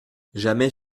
jamais